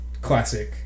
classic